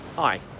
hi.